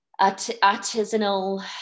artisanal